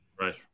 right